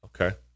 Okay